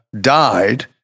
died